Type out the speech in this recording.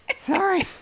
Sorry